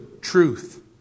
truth